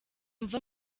mva